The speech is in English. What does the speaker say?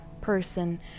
person